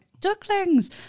ducklings